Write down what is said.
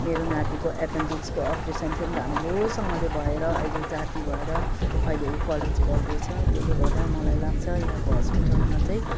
मेरो नातिको एपेन्डिक्सको अपरेसन पनि राम्रोसँगले भएर अहिले जाती भएर अहिले ऊ कलेज पढ्दैछ त्यसले गर्दा मलाई लाग्छ यहाँको हस्पिटलमा चाहिँ